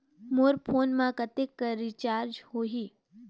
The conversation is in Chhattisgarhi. मोर फोन मा कतेक कर रिचार्ज हो ही?